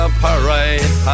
parade